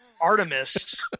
Artemis